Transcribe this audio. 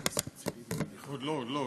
עוד לא.